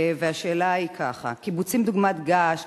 והשאלה היא ככה: לקיבוצים דוגמת געש,